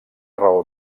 raó